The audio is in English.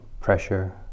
pressure